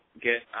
get